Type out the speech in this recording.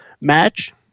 match